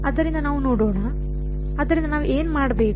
ಆದ್ದರಿಂದ ನಾವು ನೋಡೋಣ ಆದ್ದರಿಂದ ನಾವು ಏನು ಮಾಡಬೇಕು